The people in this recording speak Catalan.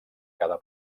cada